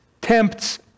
Tempts